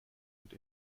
und